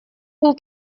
был